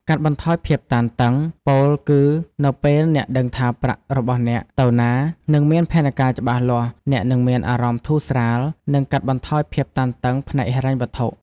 កាត់បន្ថយភាពតានតឹង ពោលគឺ នៅពេលអ្នកដឹងថាប្រាក់របស់អ្នកទៅណា និងមានផែនការច្បាស់លាស់ អ្នកនឹងមានអារម្មណ៍ធូរស្រាល និងកាត់បន្ថយភាពតានតឹងផ្នែកហិរញ្ញវត្ថុ។